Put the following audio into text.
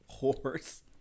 horse